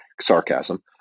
sarcasm